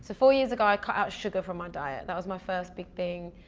four years ago i cut out sugar from my diet. that was my first big thing